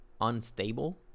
unstable